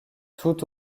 toute